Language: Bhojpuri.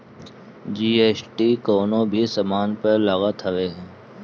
जी.एस.टी कवनो भी सामान पअ लागत हवे